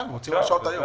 הם מוציאים הרשאות היום.